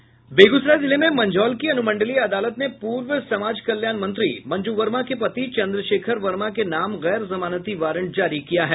बेगूसराय जिले में मंझौल की अनुमंडलीय अदालत ने पूर्व समाज कल्याण मंत्री मंजू वर्मा के पति चंद्रशेखर वर्मा के नाम गैर जमानती वारंट जारी किए हैं